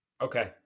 Okay